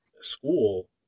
school